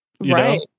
Right